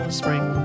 spring